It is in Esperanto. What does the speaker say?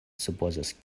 supozas